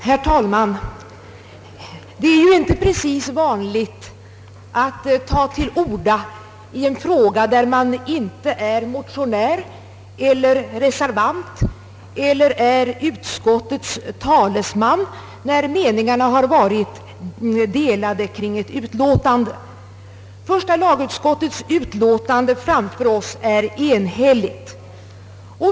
Herr talman! Det är ju inte precis vanligt att man tar till orda i en fråga där man inte är motionär eller reservant eller är utskottets talesman, när meningarna har varit delade kring ett utlåtande. Första lagutskottets utlåtande framför oss är enhälligt.